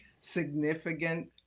significant